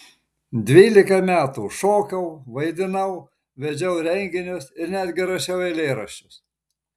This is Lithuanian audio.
dvylika metų šokau vaidinau vedžiau renginius ir netgi rašiau eilėraščius